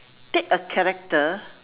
take a character